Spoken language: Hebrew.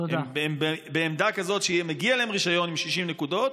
הם בעמדה כזאת שמגיע להם רישיון עם 60 נקודות,